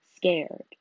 scared